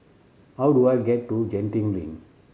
how do I get to Genting Link